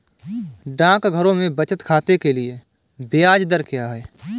डाकघरों में बचत खाते के लिए ब्याज दर क्या है?